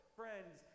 friends